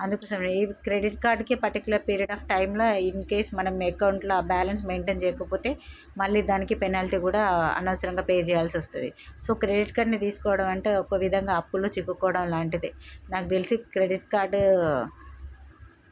అందుకోసమే ఈ క్రెడిట్కార్డ్కే పర్టికులర్ పీరియడ్ ఆఫ్ టైంల ఇన్కేస్ మనం ఎకౌంట్ల ఆ బ్యాలెన్స్ మైంటైన్ చేయకపోతే మళ్ళీ దానికి పెనాల్టీ కూడా అనవసరంగా పే చేయాల్సి వస్తుంది సో క్రెడిట్కార్డ్ని తీసుకోవడం అంటే ఒక విధంగా అప్పుల్లో చిక్కుకోవడం లాంటిదే నాకు తెలిసి క్రెడిట్ కార్డ్